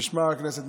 למשמר הכנסת,